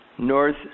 North